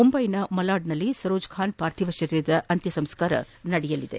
ಮುಂದೈಯ ಮಲಾಡ್ನಲ್ಲಿ ಸರೋಜಾ ಖಾನ್ ಪಾರ್ಥಿವ ಶರೀರದ ಅಂತ್ತಸಂಸ್ಥಾರ ನಡೆಯಲಿದೆ